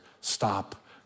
stop